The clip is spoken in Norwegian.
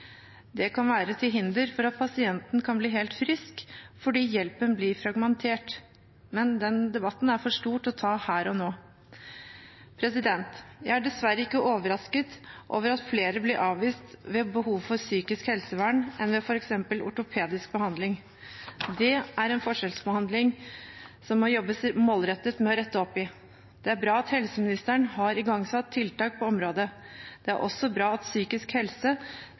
Det kan være til hinder for at pasienten kan bli helt frisk, fordi hjelpen blir fragmentert. Men den debatten er for stor til å ta her og nå. Jeg er dessverre ikke overrasket over at flere blir avvist ved behov for psykisk helsevern enn f.eks. for ortopedisk behandling. Det er en forskjellsbehandling det må jobbes målrettet med å rette opp i. Det er bra at helseministeren har igangsatt tiltak på området. Det er også bra at psykisk helse